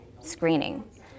screening